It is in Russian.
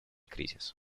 кризис